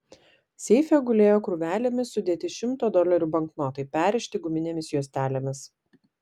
seife gulėjo krūvelėmis sudėti šimto dolerių banknotai perrišti guminėmis juostelėmis